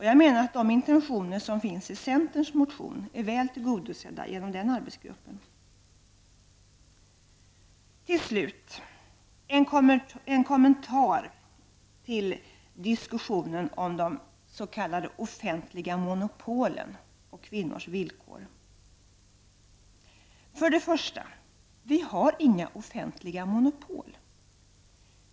Jag menar att de intentioner som finns i centerns motion är väl tillgodosedda genom denna arbetsgrupp. Till slut vill jag kommentera diskussionen om s.k. offentliga monopol och kvinnors villkor. För det första: Vi har inga offentliga monopol.